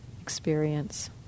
experience